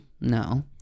no